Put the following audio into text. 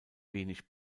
wenig